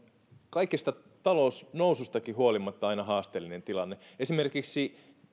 kaikesta talousnousustakin huolimatta aina haasteellinen tilanne esimerkiksi